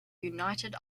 united